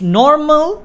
normal